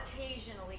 occasionally